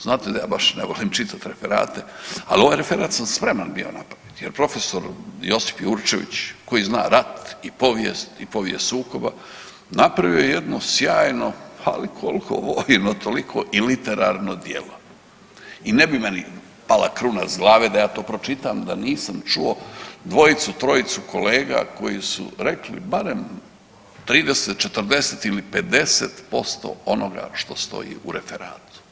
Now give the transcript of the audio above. Znate da ja baš ne volim čitat referate, al ovaj referat sam spreman bio napravit jer prof. Josip Jurčević koji zna rat i povijest i povijest sukoba napravio je jedno sjajno, ali koliko vojno toliko i literarno djelo i ne bi meni pala kruna s glave da ja to pročitam da nisam čuo dvojicu trojicu kolega koji su rekli barem 30, 40 ili 50% onoga što stoji u referatu.